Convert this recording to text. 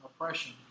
oppression